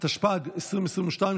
התשפ"ג 2023,